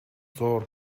зуур